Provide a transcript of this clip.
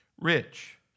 Rich